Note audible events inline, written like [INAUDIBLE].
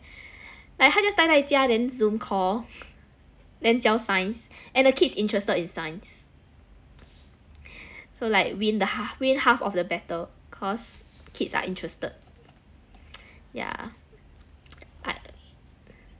like 他 just 待在家里 zoom call [BREATH] then 教 science and the kids interested in science so like win the hal~ win half of the battle cause kids are interested yeah but